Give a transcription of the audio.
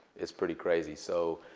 it's pretty crazy. so